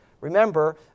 Remember